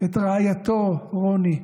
את רעייתו רוני.